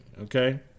Okay